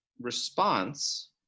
response